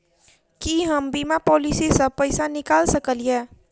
की हम बीमा पॉलिसी सऽ पैसा निकाल सकलिये?